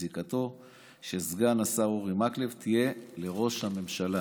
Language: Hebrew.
זיקתו של סגן השר אורי מקלב תהיה לראש הממשלה,